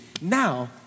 Now